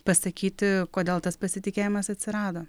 pasakyti kodėl tas pasitikėjimas atsirado